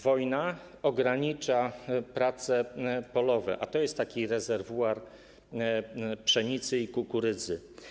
Wojna ogranicza prace polowe, a tam jest rezerwuar pszenicy i kukurydzy.